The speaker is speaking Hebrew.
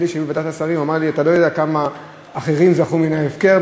אלה שהיו בוועדת השרים אמרו לי: אתה לא יודע כמה אחרים זכו מן ההפקר,